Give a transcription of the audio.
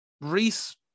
Reese